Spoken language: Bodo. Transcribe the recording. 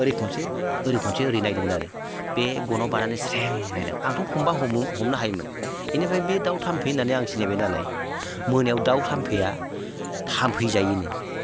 ओरै खनसे ओरै खनसे नायदोंमोन आरो बे गनाव बानानै स्रें नायदों आंथ' हमबा हमनो हायोमोन बेनिफ्राय बे दाउ थाम्फै होननानै आं सिनायबाय नालाय मोनायाव दाउ थाम्फैया थाम्फै जायोनो